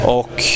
och